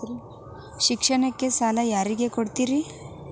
ಶಿಕ್ಷಣಕ್ಕ ಸಾಲ ಯಾರಿಗೆ ಕೊಡ್ತೇರಿ?